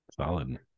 Solid